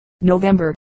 November